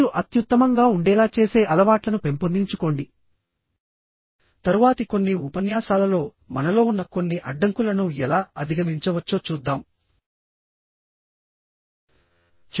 మీరు అత్యుత్తమంగా ఉండేలా చేసే అలవాట్లను పెంపొందించుకోండి తరువాతి కొన్ని ఉపన్యాసాలలోమనలో ఉన్న కొన్ని అడ్డంకులను ఎలా అధిగమించవచ్చో చూద్దాం